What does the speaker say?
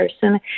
person